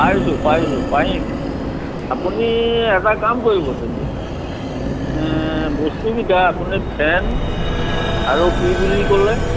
পাইছোঁ পাইছোঁ পাৰিম আপুনি এটা কাম কৰিব তেতিয়া এ বস্তুকিটা আপুনি ফেন আৰু কি বুলি ক'লে